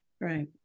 Right